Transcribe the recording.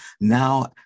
Now